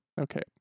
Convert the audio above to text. okay